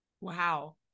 Wow